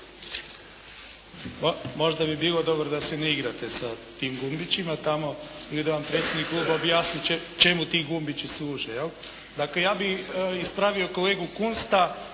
možda bi bilo dobro da se ne igrate sa tim gumbićima tamo i da vam predsjednik Kluba objasni čemu ti gumbići služe, jel'. Dakle ja bih ispravio kolegu Kunsta